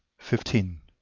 fifteen.